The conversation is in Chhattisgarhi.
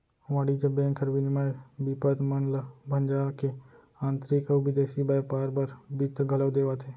वाणिज्य बेंक हर विनिमय बिपत मन ल भंजा के आंतरिक अउ बिदेसी बैयपार बर बित्त घलौ देवाथे